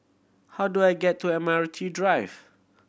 how do I get to Admiralty Drive